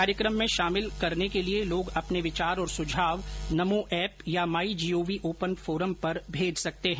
कार्यक्रम में शामिल करने के लिए लोग अपने विचार और सुझाव नमो एप या माई जीओवी ओपन फोरम पर भेज सकते हैं